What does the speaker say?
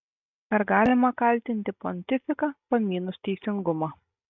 ar galima kaltinti pontifiką pamynus teisingumą